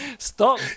Stop